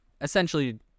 essentially